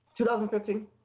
2015